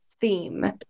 theme